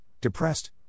depressed